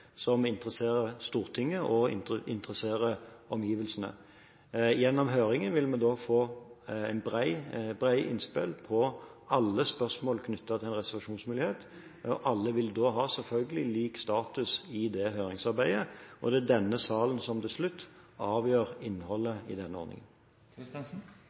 som interesserer Stortinget og omgivelsene. Gjennom høringen vil vi få brede innspill på alle spørsmål knyttet til en reservasjonsmulighet. Alle vil selvfølgelig ha lik status i det høringsarbeidet, og det er denne salen som til slutt avgjør